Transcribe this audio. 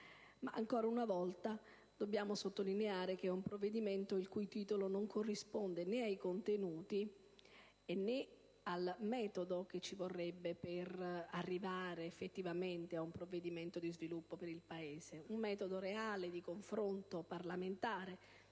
Ma ancora una volta dobbiamo sottolineare che si tratta di un provvedimento il cui titolo non corrisponde né ai contenuti, né al metodo che ci vorrebbe per arrivare effettivamente ad un provvedimento di sviluppo per il Paese: un metodo reale di confronto parlamentare,